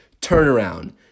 turnaround